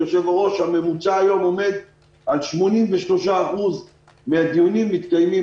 הממוצע היום עומד על 83% מהדיונים שמתקיימים